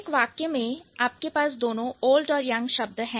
एक वाक्य में आपके पास दोनों ओल्ड और यंग शब्द है